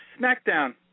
SmackDown